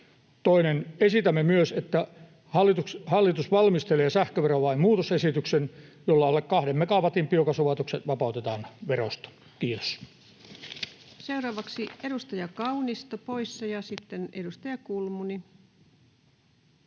Toinen: esitämme myös, että hallitus valmistelee sähköverolain muutosesityksen, jolla alle kahden megawatin biokaasulaitokset vapautetaan verosta. — Kiitos. [Speech 292] Speaker: Ensimmäinen varapuhemies Paula